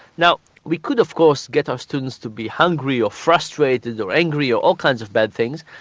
now we could of course get our students to be hungry or frustrated or angry or all kinds of bad things,